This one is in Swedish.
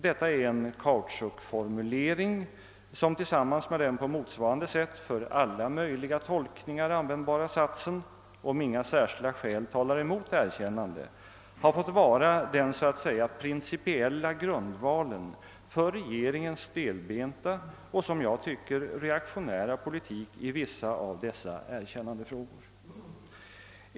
Detta är en kautschukformulering som tillsammans med den på motsvarande sätt för alla möjliga tolkningar användbara satsen om »inga särskilda skäl talar emot erkännande» har fått vara den så att säga principiella grund valen för regeringens stelbenta och, som jag tycker, reaktionära politik i vissa av dessa erkännandefrågor.